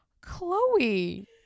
chloe